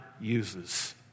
uses